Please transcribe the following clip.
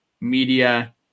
media